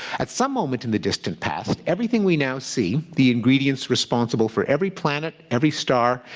at some moment in the distant past, everything we now see, the ingredients responsible for every planet, every star,